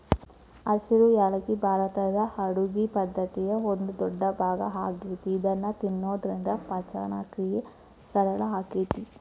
ಹಸಿರು ಯಾಲಕ್ಕಿ ಭಾರತದ ಅಡುಗಿ ಪದ್ದತಿಯ ಒಂದ ದೊಡ್ಡಭಾಗ ಆಗೇತಿ ಇದನ್ನ ತಿನ್ನೋದ್ರಿಂದ ಪಚನಕ್ರಿಯೆ ಸರಳ ಆಕ್ಕೆತಿ